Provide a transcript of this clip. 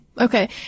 Okay